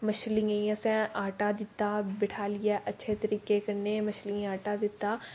मछलियें गी असें आटा दित्ता बठालियैअच्छे तरीके कन्नै मछलियें गी आटा दित्ता